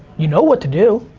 you know what to do.